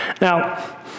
Now